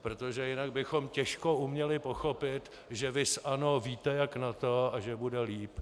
Protože jinak bychom těžko uměli pochopit, že viz ANO víte jak na to a že bude líp.